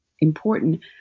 important